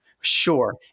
Sure